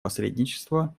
посредничества